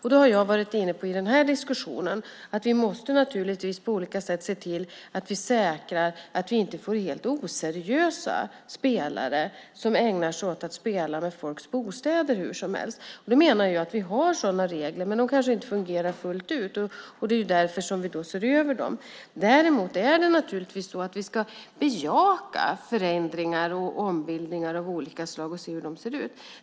I den här diskussionen har jag varit inne på att vi på olika sätt naturligtvis måste se till att vi säkrar att vi inte får helt oseriösa spelare som ägnar sig åt att spela med folks bostäder hur som helst. Jag menar att vi har sådana regler, men de kanske inte fungerar fullt ut. Det är därför som vi ser över dem. Däremot ska vi naturligtvis bejaka förändringar och ombildningar av olika slag och se hur de ser ut.